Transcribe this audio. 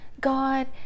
God